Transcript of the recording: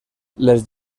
les